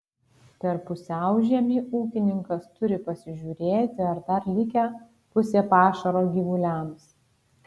per pusiaužiemį ūkininkas turi pasižiūrėti ar dar likę pusė pašaro gyvuliams